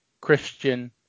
Christian